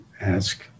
ask